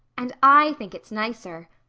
and i think it's nicer.